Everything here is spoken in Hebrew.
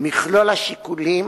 מכלול השיקולים